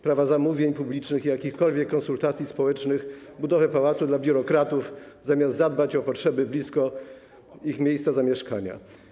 Prawa zamówień publicznych i jakichkolwiek konsultacji społecznych, proponuje budowę pałacu dla biurokratów, zamiast zadbać o potrzeby, jakie są blisko ich miejsca zamieszkania?